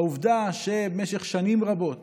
העובדה שבמשך שנים רבות